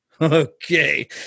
Okay